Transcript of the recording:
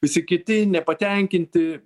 visi kiti nepatenkinti